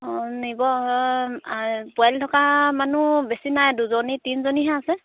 অঁ নিব পোৱালি থকা মানুহ বেছি নাই দুজনী তিনিজনীহে আছে